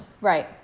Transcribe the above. Right